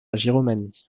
giromagny